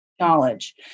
knowledge